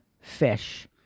fish